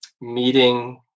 meeting